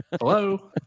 Hello